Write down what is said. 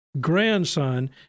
grandson